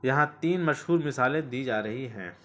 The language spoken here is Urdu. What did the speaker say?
یہاں تین مشہور مثالیں دی جا رہی ہیں